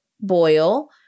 boil